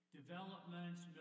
developments